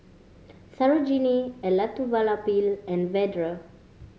Sarojini Elattuvalapil and Vedre